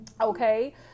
Okay